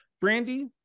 Brandy